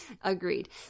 Agreed